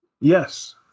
Yes